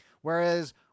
whereas